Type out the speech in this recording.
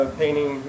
painting